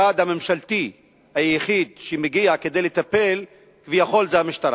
המשרד הממשלתי היחיד שמגיע כדי לטפל כביכול זה המשטרה,